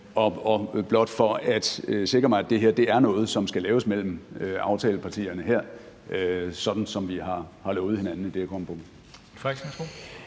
vil blot sikre mig, at det her er noget, som skal laves mellem aftalepartierne her, sådan som vi har lovet hinanden i det her kompromis.